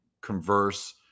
converse